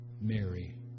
Mary